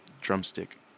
drumstick